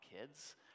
kids